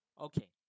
okay